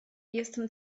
jestem